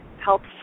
helps